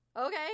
Okay